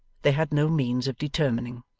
they had no means of determining.